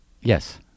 Yes